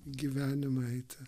gyvenimą eiti